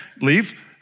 leave